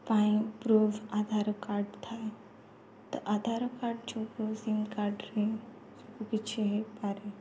ପାଇଁ proof Aadhaar card ଥାଏ ତ ଆଧାର କାର୍ଡ଼୍ ଯୋଗୁ ସିମ୍ କାର୍ଡ଼୍ରେ ସବୁ କିଛି ହୋଇପାରେ